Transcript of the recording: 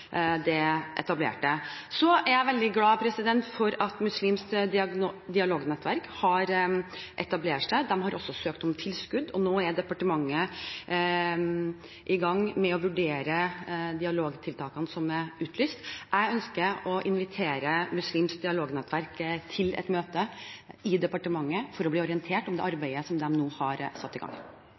det etablerte. Jeg er veldig glad for at Muslimsk Dialognettverk Norge har etablert seg. De har også søkt om tilskudd, og nå er departementet i gang med å vurdere dialogtiltakene som er utlyst. Jeg ønsker å invitere Muslimsk Dialognettverk Norge til et møte i departementet for å bli orientert om det arbeidet som de nå har satt i gang.